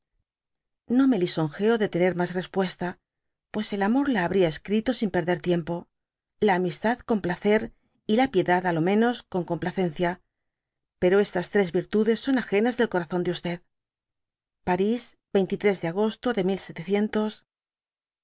no me lisóngeo de tener mas repuesta pues el amor la habría escrito sin perder tiempo laami tadcon placer y la piedad á lo menos con complacencia pero estas tres virtudes son agenas del corazón de parís de agosto de dby